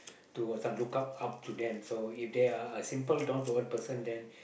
to this one look up up to them so if they are a simple down to earth person then